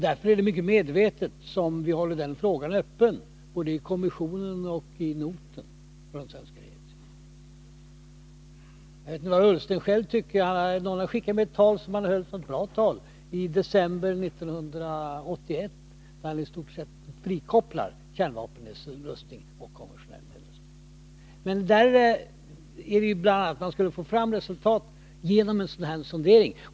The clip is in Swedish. Därför är det mycket medvetet som vi håller den frågan öppen både i kommissionen och i noten från den svenska regeringens sida. Jag vet inte vad Ola Ullsten själv tycker. Någon har skickat mig ett tal som han höll — det var ett bra tal — i december 1981 där han i stort sett frikopplar kärnvapennedrustning och konventionell nedrustning. Man skulle bl.a. få fram resultat genom en sondering.